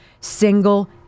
single